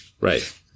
Right